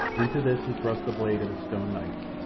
into this he thrust the blade of his stone knife,